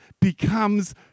becomes